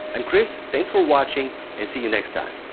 i'm criss, thanks for watching and see you next time.